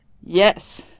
Yes